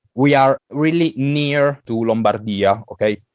we are really near to lombardia, ok?